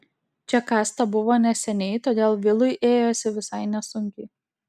čia kasta buvo neseniai todėl vilui ėjosi visai nesunkiai